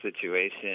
situation